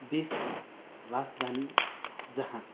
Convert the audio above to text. देशको राजधानी जहाँ